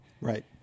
Right